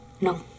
No